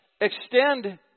extend